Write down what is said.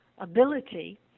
ability